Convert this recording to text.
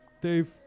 Dave